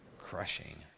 crushing